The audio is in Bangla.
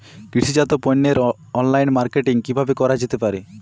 কৃষিজাত পণ্যের অনলাইন মার্কেটিং কিভাবে করা যেতে পারে?